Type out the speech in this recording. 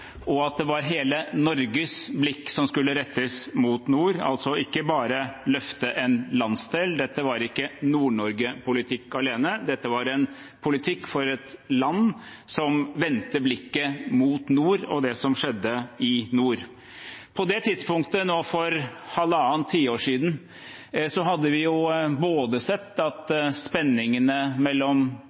Det var hele Norges blikk som skulle rettes mot nord, man skulle altså ikke bare løfte en landsdel. Dette var ikke Nord-Norge-politikk alene, dette var en politikk for et land som vendte blikket mot nord og det som skjedde i nord. På det tidspunktet, for halvannet tiår siden, hadde vi sett at spenningene mellom